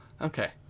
Okay